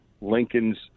Lincoln's